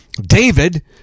David